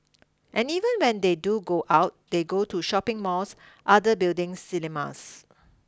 and even when they do go out they go to shopping malls other buildings cinemas